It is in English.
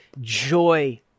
joy